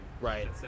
right